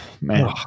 man